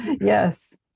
yes